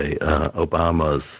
Obama's